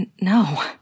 no